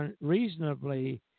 reasonably